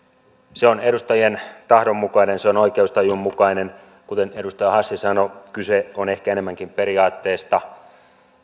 aloite on edustajien tahdon mukainen se on oikeustajun mukainen kuten edustaja hassi sanoi kyse on ehkä enemmänkin periaatteesta